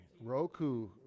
Roku